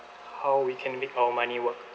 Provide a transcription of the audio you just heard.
how we can make our money work